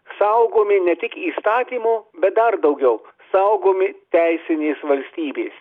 saugomi ne tik įstatymo bet dar daugiau saugomi teisinės valstybės